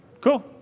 cool